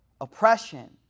oppression